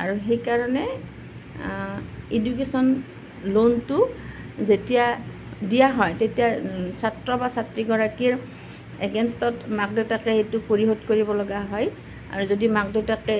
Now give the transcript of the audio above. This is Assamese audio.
আৰু সেইকাৰণে এডুকেশ্যন লোনটো যেতিয়া দিয়া হয় তেতিয়া ছাত্ৰ বা ছাত্ৰীগৰাকীৰ এগেইনষ্টত মাক দেউতাকে সেইটো পৰিশোধ কৰিব লগা হয় আৰু যদি মাক দেউতাকে